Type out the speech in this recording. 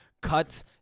cuts –